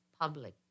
public